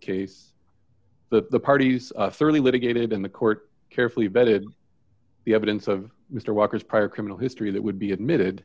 case the parties thoroughly litigated in the court carefully vetted the evidence of mr walker's prior criminal history that would be admitted